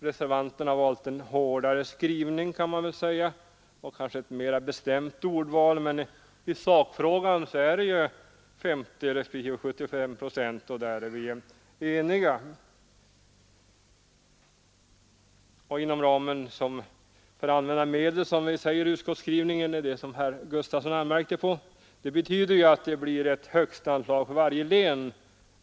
Reservanterna har valt en hårdare skrivning, kan man väl säga, och kanske ett mera bestämt ordval, men i sakfrågan är det 50 respektive 75 procent och där är vi eniga. ”Inom ramen för anvisade medel”, som det står i utskottets skrivning — det är det som herr Gustafson i Göteborg anmärkte på — betyder att det blivit ett högsta tal för varje län.